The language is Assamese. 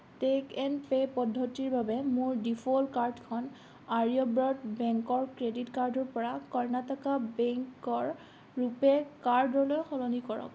টেক এণ্ড পে' পদ্ধতিৰ বাবে মোৰ ডিফ'ল্ট কাৰ্ডখন আৰ্যব্ৰত বেংকৰ ক্ৰেডিট কাৰ্ডৰ পৰা কৰ্ণাটকা বেংকৰ ৰূপে কাৰ্ডলৈ সলনি কৰক